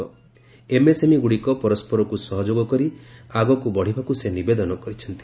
MSME ଗୁଡ଼ିକ ପରସ୍କରକୁ ସହଯୋଗ କରି ଆଗକୁ ବଢ଼ିବାକୁ ସେ ନିବେଦନ କରିଛନ୍ତି